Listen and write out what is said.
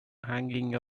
hanging